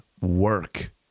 work